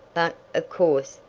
but, of course,